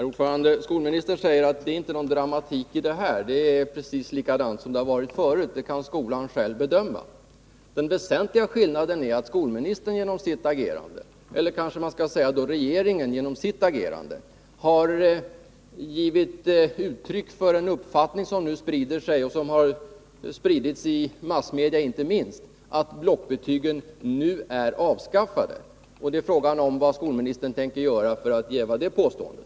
Herr talman! Skolministern säger att det är ingen dramatik i detta, att systemet är likadant som tidigare, att skolan själv kan bedöma detta. Den väsentliga skillnaden är att regeringen genom sitt agerande har givit uttryck för en uppfattning som nu sprider sig och som har spritts inte minst i massmedia, att blockbetygen nu är avskaffade. Frågan är nu vad skolministern tänker göra för att jäva det påståendet.